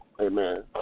Amen